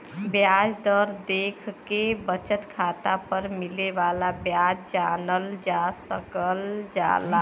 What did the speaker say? ब्याज दर देखके बचत खाता पर मिले वाला ब्याज जानल जा सकल जाला